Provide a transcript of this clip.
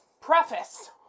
Preface